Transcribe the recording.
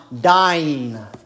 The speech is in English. dying